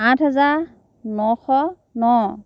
আঠ হাজাৰ নশ ন